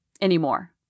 anymore